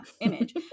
image